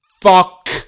Fuck